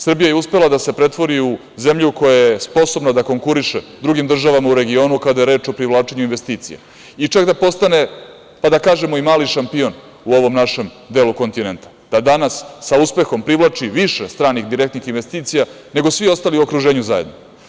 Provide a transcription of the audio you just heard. Srbija je uspela da se pretvori u zemlju koja je sposobna da konkuriše drugim državama u regionu kada je reč o privlačenju investicija i čak da postane, pa da kažemo, i mali šampion u ovom našem delu kontinenta, da danas sa uspehom privlači više stranih direktnih investicija, nego svi ostali u okruženju zajedno.